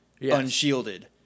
unshielded